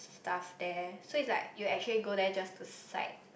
stuff there so it's like you actually go there just to sight